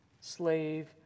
slave